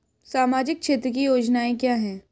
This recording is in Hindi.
सामाजिक क्षेत्र की योजनाएं क्या हैं?